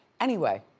anyway,